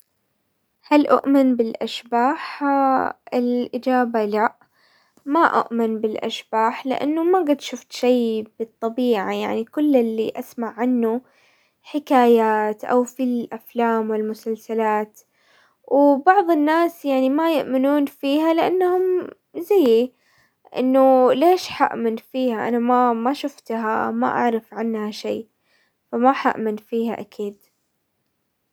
هل اؤمن بالاشباح؟ الاجابة لا، ما اؤمن بالاشباح لانه ما قد شفت شيء بالطبيعة، يعني كل اللي اسمع عنه حكايات او في الافلام والمسلسلات، وبعض الناس يعني ما يؤمنون فيها لانهم زيي، انه ليش حامن فيها؟ انا ما-ما شفتها ما اعرف عنها شي، فما حامن فيها اكيد.